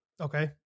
okay